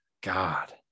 God